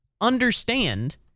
understand